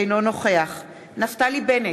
אינו נוכח נפתלי בנט,